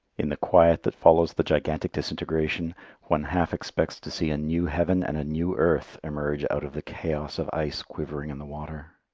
in the quiet that follows the gigantic disintegration one half expects to see a new heaven and a new earth emerge out of the chaos of ice quivering in the water.